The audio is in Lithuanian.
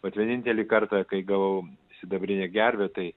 vat vienintelį kartą kai gavau sidabrinę gervę tai